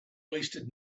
wasted